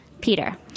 Peter